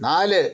നാല്